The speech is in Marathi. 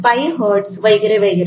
5 हर्ट्ज वगैरे वगैरे